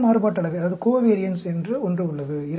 உடன் மாறுபாட்டளவை என்று ஒன்று உள்ளது